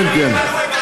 כן, כן.